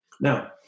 Now